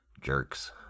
Jerks